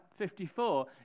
54